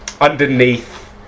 underneath